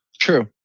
True